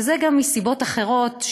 וזה גם מסיבות אחרות,